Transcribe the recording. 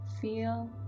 feel